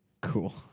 Cool